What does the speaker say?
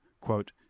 quote